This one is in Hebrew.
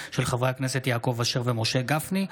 של חברי הכנסת יעקב אשר ומשה גפני.